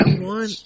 one